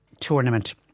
Tournament